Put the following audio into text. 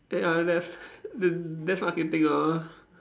and ah that's that that's what I can think ah